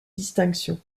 distinction